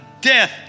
death